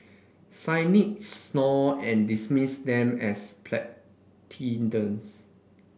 cynics snort and dismiss them as platitudes